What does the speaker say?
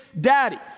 daddy